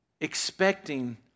expecting